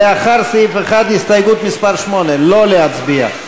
לאחרי סעיף 1, הסתייגות מס' 8, לא להצביע?